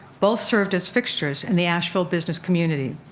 both served as fixtures in the asheville business community.